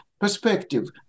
Perspective